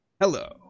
Hello